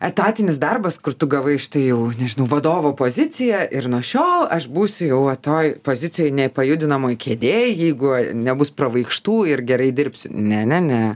etatinis darbas kur tu gavai šitą nežinau vadovo poziciją ir nuo šiol aš būsiu jau vat toj pozicijoj nepajudinamoj kėdėj jeigu nebus pravaikštų ir gerai dirbsi ne ne ne